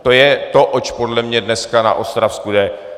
To je to, oč podle mě dneska na Ostravsku jde.